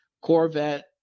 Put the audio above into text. Corvette